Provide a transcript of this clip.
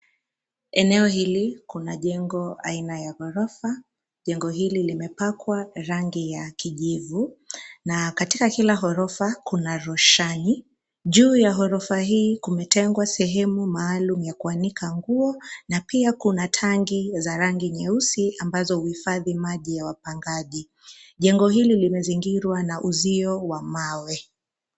Eneo hili, kuna jengo aina ya ghorofa. Jengo hili limepakwa rangi ya kijivu, na katika kila ghorofa kuna rushani. Juu ya ghorofa hii kumetengwa sehemu maalum ya kuanika nguo, na pia kuna tangi za rangi nyeusi, ambazo huhifadhi maji ya wapangaji. Jengo hili limezingirwa na uzio wa mawe.